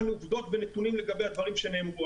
עובדות ונתונים לגבי הגברים שנאמרו.